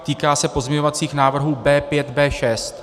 Týká se pozměňovacích návrhů B5, B6.